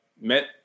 met